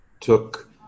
took